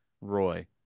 Roy